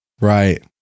Right